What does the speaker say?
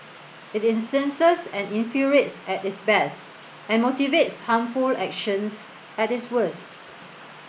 it incenses and infuriates at its best and motivates harmful actions at its worst